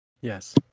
Yes